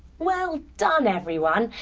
well done everyone.